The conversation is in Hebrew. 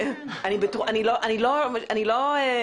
אני לא מפקפקת.